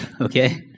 Okay